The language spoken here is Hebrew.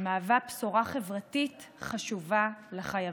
מהווה בשורה חברתית חשובה לחייבים.